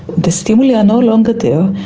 the stimuli are no longer there,